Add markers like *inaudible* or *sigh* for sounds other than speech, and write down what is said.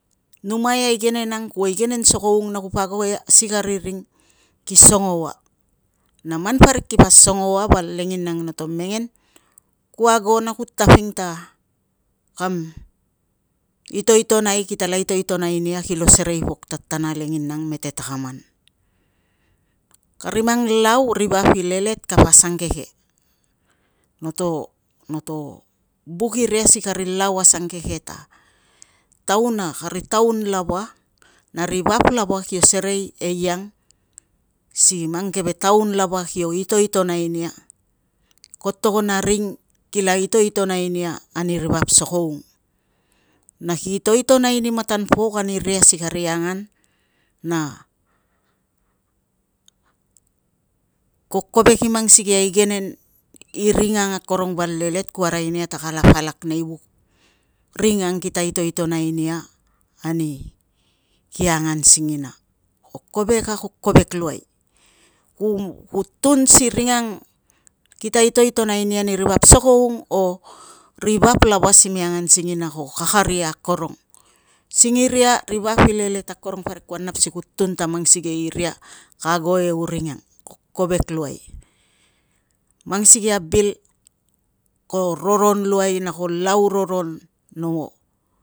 Numa igenen ang kuo igenen sokoung na kupo ago si kari ring ki songo ua, na man parik kipa songo ua val lenginang noto mengen, ku ago na ku taping ta kam itoitonai kitala itoitonai nia na kilo serei pok tatana lenginang mete takaman. Kari mang lau ri vap i lelet kapo asuangeke *hesitation* not buk irria si kari lau asangke ta taun a kari taun lava na ri vap kio serei eiang si mang keve taun lava kio itoitonai nia, ko togon a ring kila itoitonai nia ani ri vap sokoung, na ki itotonai ani matan pok aniria asi kari angan na, ko kovek i man sikei a igenen i ring ang akorong val lelel ku arai nia ta kala palak nei vuk ring ang kitala itoitonai ani ki angan singina. Ko kovek a ko kovek luai, ku tun si ring ang kita itoitonai nia ani ri vap soloung o ri vap lava kime angan singina ko kakaria akorong. Singiria ri vap i lelet akorong parik kupa angkuai si tun ta mang sikei iria, ka atto e uring ang ko kovek luai. Mang sikei a bil ko roron na ko lau roron no